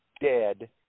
dead